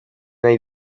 nahi